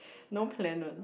no plan one